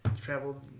traveled